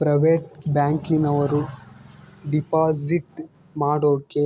private ಬ್ಯಾಂಕಿನವರು deposit ಮಾಡೋಕೆ